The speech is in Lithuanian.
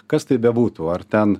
kas tai bebūtų ar ten